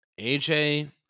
AJ